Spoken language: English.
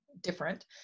different